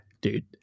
dude